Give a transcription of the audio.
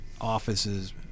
offices